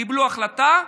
קיבלו החלטה,